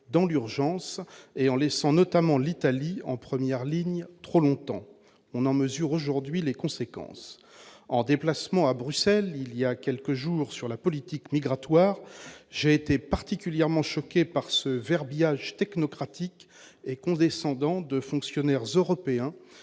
dans l'urgence et en laissant notamment l'Italie, en première ligne trop longtemps, on en mesure aujourd'hui les conséquences, en déplacement à Bruxelles il y a quelques jours, sur la politique migratoire, j'ai été particulièrement choqué par ce verbiage technocratique et condescendant de fonctionnaires européens